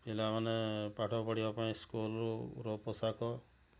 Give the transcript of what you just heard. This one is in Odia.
ପିଲାମାନେ ପାଠ ପଢ଼ିବା ପାଇଁ ସ୍କୁଲ୍ରୁ ପୋଷାକ